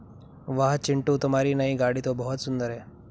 वाह चिंटू तुम्हारी नई गाड़ी तो बहुत सुंदर है